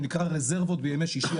נקרא רזרבות בימי שישי,